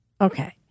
okay